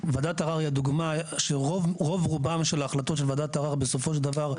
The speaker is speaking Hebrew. שוועדת ערר היא הדוגמא שרוב רובן של ההחלטות של וועדת ערר בסופו של דבר,